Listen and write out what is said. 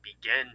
begin